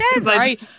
right